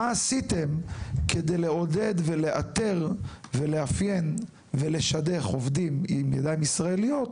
מה עשיתם כדי לעודד ולאתר ולאפיין ולשדך עובדים עם ידיים ישראליות,